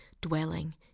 dwelling